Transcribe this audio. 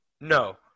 No